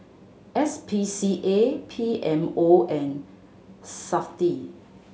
S P C A P M O and Safti